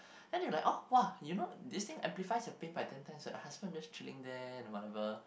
then they like oh [wah] you know this thing amplifies the pain by ten times then the husband just chilling there whatever